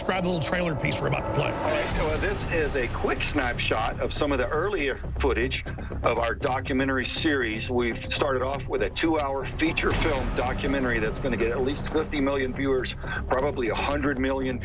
dle trailer piece this is a quick snapshot of some of the earlier footage of our documentary series we've started off with a two hour feature documentary that's going to get at least fifty million viewers probably a hundred million